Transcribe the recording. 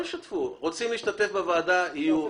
אם הם רוצים להשתתף בוועדה - הם יהיו.